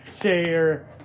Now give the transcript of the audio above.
share